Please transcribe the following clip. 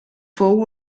fou